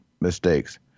mistakes